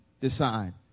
decide